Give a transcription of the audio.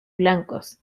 blancos